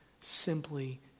simply